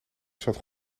zat